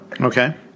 Okay